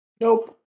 nope